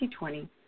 2020